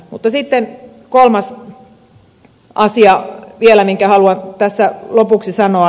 mutta sitten kolmas asia vielä minkä haluan tässä lopuksi sanoa